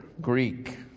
Greek